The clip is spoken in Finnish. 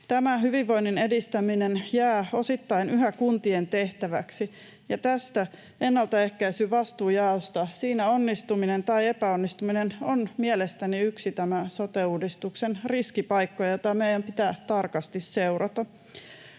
Tämä hyvinvoinnin edistäminen jää osittain yhä kuntien tehtäväksi, ja tässä ennaltaehkäisyn vastuunjaossa onnistuminen tai epäonnistuminen on mielestäni yksi tämän sote-uudistuksen riskipaikoista, mitä meidän pitää tarkasti seurata.